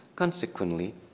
Consequently